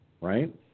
right